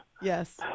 Yes